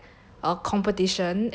a competition and like